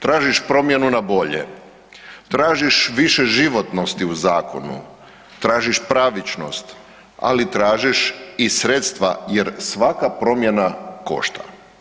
Tražiš promjenu na bolje, tražiš više životnosti u zakonu, tražiš pravičnost ali tražiš i sredstva jer svaka promjena košta.